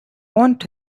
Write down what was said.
want